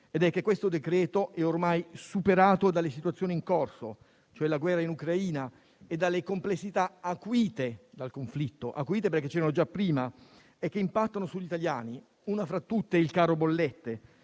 questo decreto è ormai superato dalle situazioni in corso, la guerra in Ucraina, e dalle complessità acuite dal conflitto - acuite perché c'erano già prima - che impattano sugli italiani. Una fra tutte è il caro bollette,